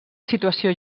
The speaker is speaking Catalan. situació